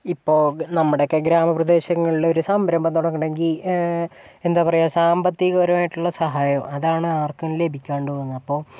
ഇപ്പോൾ നമ്മുടെയൊക്കെ ഗ്രാമ പ്രദേശങ്ങളില് ഒരു സംരംഭം തുടങ്ങണമെങ്കിൽ എന്താ പറയുക സാമ്പത്തിക പരമായിട്ടുള്ള സഹായം അതാണ് ആർക്കും ലഭിക്കാണ്ട് പോകുന്നത് അപ്പം